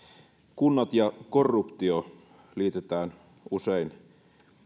kunnat ja korruptio liitetään usein